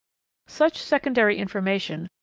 such secondary information,